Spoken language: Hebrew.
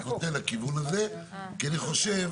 אני נוטה לכיוון הזה, כי אני חושב